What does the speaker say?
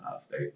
State